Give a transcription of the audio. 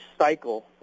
cycle